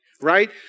right